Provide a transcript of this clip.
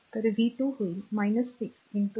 तर v 2 होईल 6 I